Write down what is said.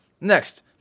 Next